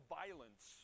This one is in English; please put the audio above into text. violence